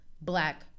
black